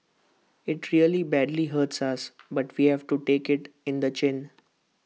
IT really badly hurts us but we have to take IT in the chin